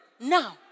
Now